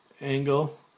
Angle